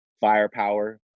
firepower